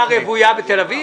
זה הולך לקבורה רוויה בתל אביב?